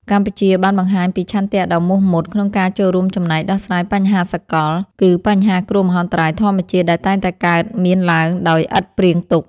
កម្ពុជាបានបង្ហាញពីឆន្ទៈដ៏មោះមុតក្នុងការចូលរួមចំណែកដោះស្រាយបញ្ហាសកល គឺបញ្ហាគ្រោះមហន្តរាយធម្មជាតិដែលតែងតែកើតមានឡើងដោយឥតព្រៀងទុក។